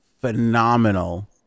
phenomenal